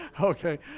Okay